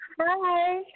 hi